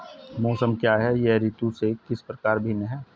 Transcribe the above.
मौसम क्या है यह ऋतु से किस प्रकार भिन्न है?